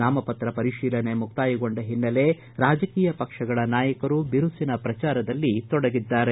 ನಾಮಪತ್ರ ಪರಿಶೀಲನೆ ಮುಕ್ತಾಯಗೊಂಡ ಹಿನ್ನೆಲೆಯಲ್ಲಿ ರಾಜಕೀಯ ಪಕ್ಷಗಳ ನಾಯಕರು ಬಿರುಸಿನ ಪ್ರಚಾರ ಕಾರ್ಯದಲ್ಲಿ ತೊಡಗಲಿದ್ದಾರೆ